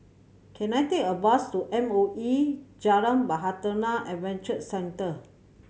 can I take a bus to M O E Jalan Bahtera Adventure Centre